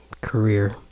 career